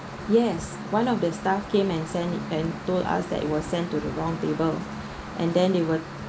yes one of the staff came and sent it and told us that it was sent to the wrong table and then they were